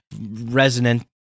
resonant